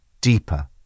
deeper